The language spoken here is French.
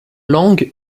langue